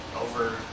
over